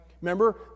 Remember